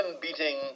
beating